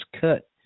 cut